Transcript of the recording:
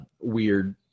weird